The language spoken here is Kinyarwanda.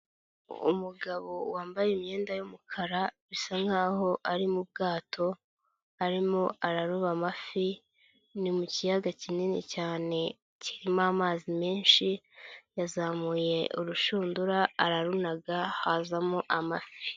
Umugabo wambaye imyenda y'umukara, bisa nkaho ari mu bwato, arimo araroba amafi, ni mu kiyaga kinini cyane kirimo amazi menshi, yazamuye urushundura, ararunaga, hazamo amafi,